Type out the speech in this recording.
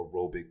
aerobic